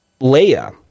Leia